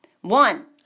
One